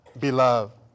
beloved